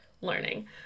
learning